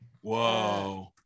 whoa